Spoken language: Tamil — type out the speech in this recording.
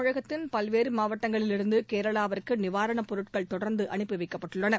தமிழகத்தின் பல்வேறு மாவட்டங்களிலிருந்து கேரளாவுக்கு நிவாரணப் பொருட்கள் தொடர்ந்து அனுப்பி வைக்கப்படுகின்றன